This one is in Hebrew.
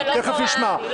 היא לא שאלה וזה לא קרה אצלי.